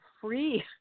free